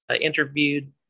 interviewed